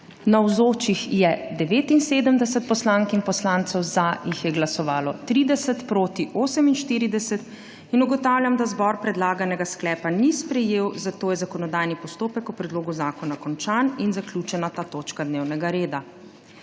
Navzočih je 79 poslank in poslancev, za je glasovalo 30, proti 48. (Za je glasovalo 30.) (Proti 48.) Ugotavljam, da zbor predlaganega sklepa ni sprejel, zato je zakonodajni postopek o predlogu zakona končan in zaključena ta točka dnevnega reda.